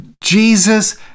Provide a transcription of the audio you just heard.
Jesus